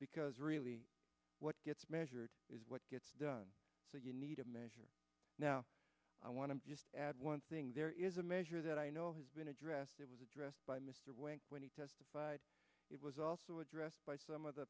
because really what gets measured is what gets done so you need a measure now i want to add one thing there is a measure that i know has been addressed that was addressed by mr wang when he testified it was also addressed by some of the